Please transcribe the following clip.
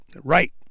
Right